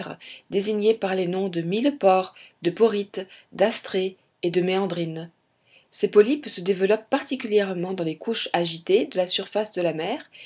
désignés par les noms de millepores de porites d'astrées et de méandrines ces polypes se développent particulièrement dans les couches agitées de la surface de la mer